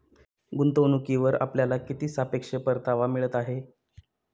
गुंतवणूकीवर आपल्याला किती सापेक्ष परतावा मिळत आहे?